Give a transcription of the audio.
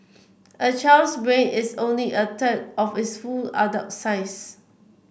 a child's brain is only a third of its full adult size